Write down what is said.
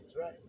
right